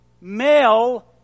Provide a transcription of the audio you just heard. male